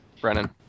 Brennan